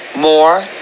more